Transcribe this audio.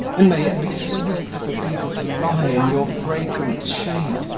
and may it be sweet for people to lie in your fragrant shade,